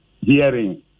hearing